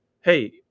hey